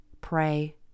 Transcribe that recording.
pray